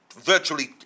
virtually